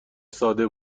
ساده